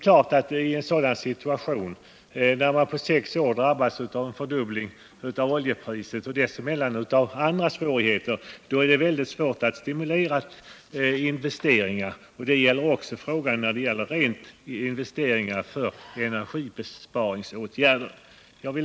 I en sådan situation — när man på sex år två gånger har drabbats av en fördubbling av oljepriset och dessutom av andra problem — är det väldigt svårt att skapa intresse för nya investeringar. Det gäller också investeringar för energisparande åtgärder.